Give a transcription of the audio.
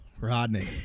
Rodney